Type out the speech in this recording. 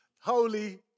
Holy